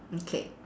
okay